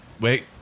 Wait